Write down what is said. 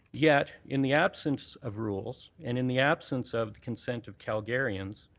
yet in the absence of rules and in the absence of the consent of calgarians,